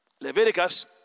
Leviticus